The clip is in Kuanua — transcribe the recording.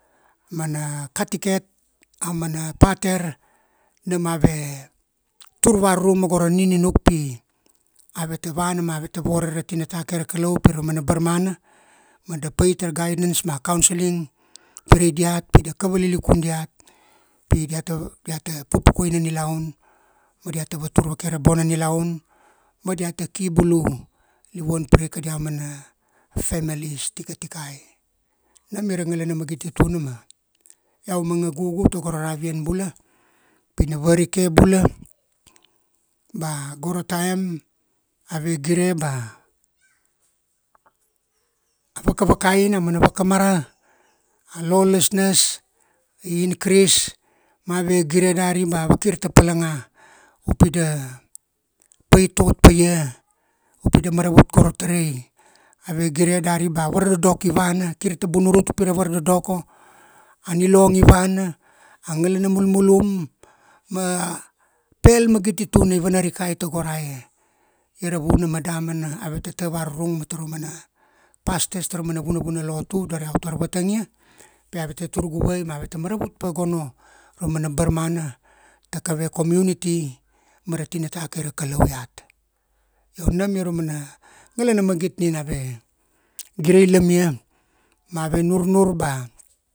Mana Katiket, auamana Pater, nam ave tur varurung ma go ra ninunuk pi, aveta vana ma veta vore ra tinata kai ra Kalau tara mana barmana, ma da pait ra guidance ma counselling, pirai diat pi da kav valiliku diat, pi diata, diata pupukuai na nilaun, ma diata vatur vake ra bona nilaun, ma diata kibulu, livuan pire kadia mana families tikatikai. Nam ia ra ngalana magiti tuna ma, iau manga gugu tago ra ravian bula, pi na varike bula ba, go ra taim, ave gire ba, a vakavakaina, auamana vakamara, a lawlessness, i increase, ma ave gire dari ba vakir ta palanga, upi da pait ot paia, upi da maravut go ra tarai, ave gire dari ba vardodoko i vana, kirta bunurut upi ra vardodoko, a nilong i vana, a ngalana mulmulum, ma, pel magiti tuna i vana rikai tago ra e. Ia ra vuna ma damana, ave tata varurung ma taramana, pastors tara mana vunavuna lotu, dar iau tar vatangia, pi aveta tur guvai maveta maravut pa gono ra mana barmana ta kave community mara tinanta kai a Kalau iat. Io nam ia ra mana ngalana magit nina ave, girailia, ma ave nurnur ba,